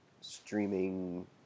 streaming